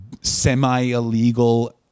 semi-illegal